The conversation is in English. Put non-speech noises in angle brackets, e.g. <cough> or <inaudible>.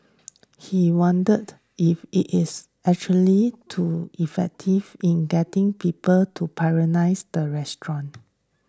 he wondered if it is actually to effective in getting people to <unintelligible> the restaurant